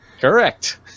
Correct